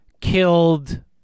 killed